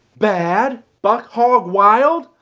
bad? buck hog wild?